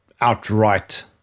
outright